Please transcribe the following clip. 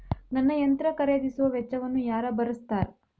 ನನ್ನ ಯಂತ್ರ ಖರೇದಿಸುವ ವೆಚ್ಚವನ್ನು ಯಾರ ಭರ್ಸತಾರ್?